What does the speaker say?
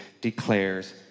declares